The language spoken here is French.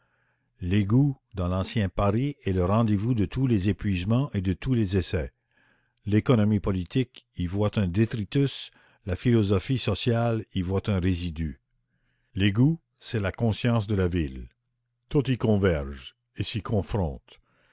l'égout dans l'ancien paris est le rendez-vous de tous les épuisements et de tous les essais l'économie politique y voit un détritus la philosophie sociale y voit un résidu l'égout c'est la conscience de la ville tout y converge et s'y confronte